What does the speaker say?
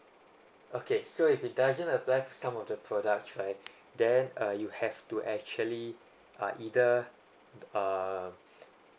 okay so if it doesn't applied for some of the products right then uh you have to actually uh either um